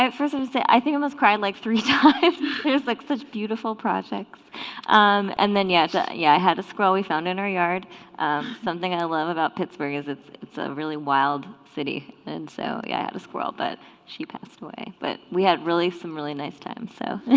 i first would um say i think i must cried like three times there's like such beautiful projects and then yeah yeah yeah i had a squirrel we found in her yard something i love about pittsburgh is it's it's a really wild city and so yeah i had a squirrel but she passed away but we had really some really nice time so